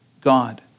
God